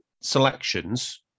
selections